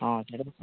ହଁ